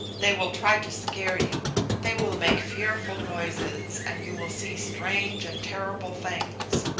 they will try to scare you they will make fearful noises and you will see strange and terrible things,